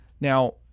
Now